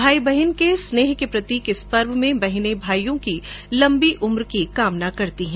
भाई बहन के स्नेह के प्रतीक इस पर्व में बहनें भाईयों की लम्बी उम्र की कामना करती हैं